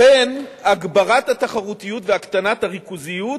לכן הגברת התחרותיות והקטנת הריכוזיות